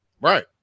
right